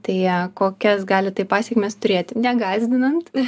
tai kokias gali tai pasekmes turėti negąsdinant